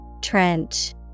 Trench